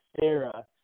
Sarah